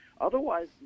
otherwise